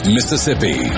Mississippi